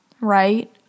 right